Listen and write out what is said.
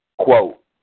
Quote